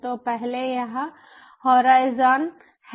तो पहले यहाँ होराइज़न है